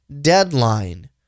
deadline